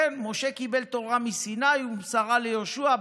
כן, משה קיבל תורה מסיני ומסרה ליהושע.